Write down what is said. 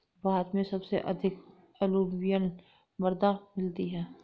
भारत में सबसे अधिक अलूवियल मृदा मिलती है